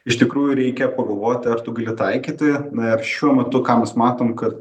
iš tikrųjų reikia pagalvoti ar tu gali taikyti na ir šiuo metu ką mes matom kad